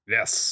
Yes